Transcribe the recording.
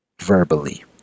verbally